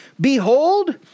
Behold